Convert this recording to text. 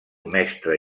mestre